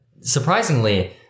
surprisingly